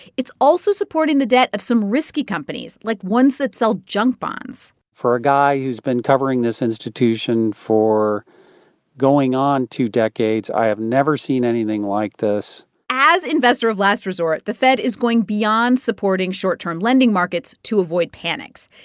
it's also supporting the debt of some risky companies, like ones that sell junk bonds for a guy who's been covering this institution for going on two decades, i have never seen anything like this as investor of last resort, the fed is going beyond supporting short-term lending markets to avoid panics.